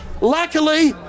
Luckily